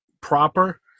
proper